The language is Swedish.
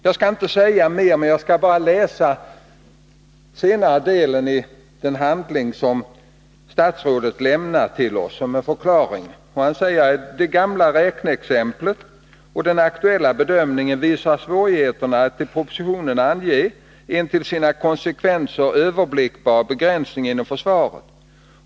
Jag skall inte säga mera utan bara läsa senare delen i den handling som statsrådet lämnade till oss som en förklaring. Han säger: ”Det gamla räkneexemplet och den aktuella bedömningen visar svårighe Nr 41 terna att i propositionen ange en till sina konsekvenser överblickbar Onsdagen den begränsning inom försvaret.